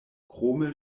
krome